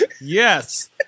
Yes